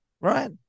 right